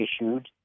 issued